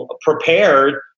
prepared